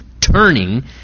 turning